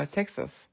Texas